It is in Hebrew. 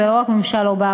זה לא רק ממשל אובמה,